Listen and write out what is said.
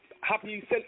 happy